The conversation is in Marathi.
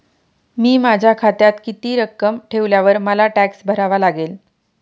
मी माझ्या खात्यात किती रक्कम ठेवल्यावर मला टॅक्स भरावा लागेल?